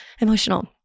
emotional